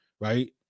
right